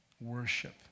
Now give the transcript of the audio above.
Worship